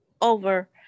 over